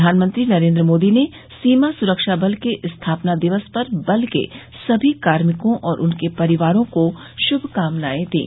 प्रधानमंत्री नरेंद्र मोदी ने सीमा स्रक्षा बल के स्थापना दिवस पर बल के सभी कार्मिकों और उनके परिवारों को श्भकामनाएं दीं